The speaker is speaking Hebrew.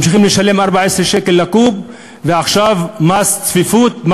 עולה 14 שקל אם יש חריגות,